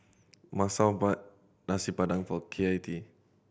Masao bought Nasi Padang for K I T